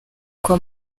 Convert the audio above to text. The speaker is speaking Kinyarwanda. kwa